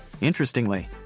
Interestingly